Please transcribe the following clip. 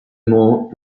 mans